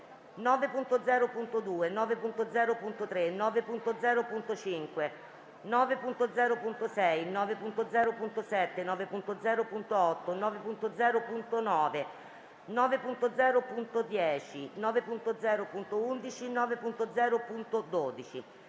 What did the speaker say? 9.0.2, 9.0.3, 9.0.5, 9.0.6, 9.0.7, 9.0.8, 9.0.9, 9.0.10, 9.0.11, 9.0.12,